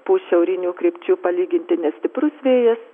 pūs šiaurinių krypčių palyginti nestiprus vėjas